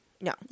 No